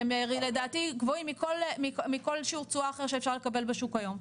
שהם לדעתי גבוהים מכל שיעור תשואה אחר שאפשר לקבל בשוק היום.